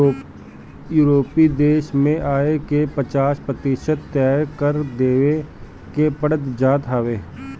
यूरोपीय देस में आय के पचास प्रतिशत तअ कर देवे के पड़ जात हवे